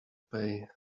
pay